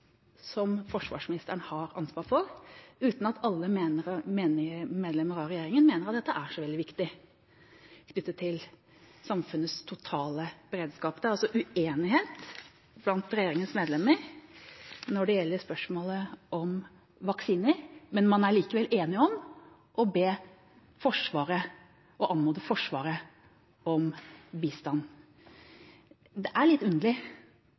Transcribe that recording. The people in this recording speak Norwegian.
som forsvarsministeren har ansvar for, uten at alle medlemmer av regjeringa mener at dette er så veldig viktig knyttet til samfunnets totale beredskap. Det er altså uenighet blant regjeringas medlemmer når det gjelder spørsmålet om vaksiner, men man er likevel enige om å anmode Forsvaret om bistand. Det er litt underlig